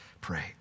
pray